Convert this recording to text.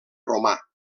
romà